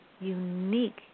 unique